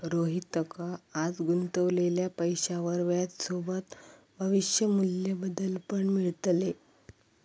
रोहितका आज गुंतवलेल्या पैशावर व्याजसोबत भविष्य मू्ल्य बदल पण मिळतले